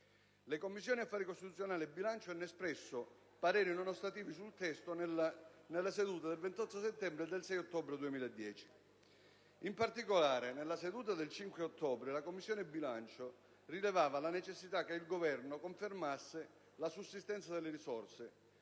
Le Commissioni affari costituzionali e bilancio hanno espresso parere non ostativo sul testo nelle sedute del 28 settembre e del 6 ottobre 2010. In particolare, nella seduta del 5 ottobre la Commissione bilancio rilevava la necessità che il Governo confermasse la sussistenza delle risorse,